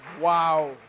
Wow